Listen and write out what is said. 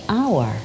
hour